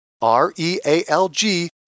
R-E-A-L-G